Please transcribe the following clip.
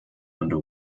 under